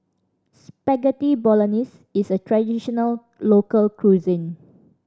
Spaghetti Bolognese is a traditional local cuisine